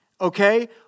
okay